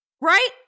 right